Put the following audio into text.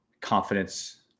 confidence